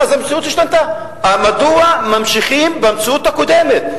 מדוע ממשיכים במציאות הקודמת?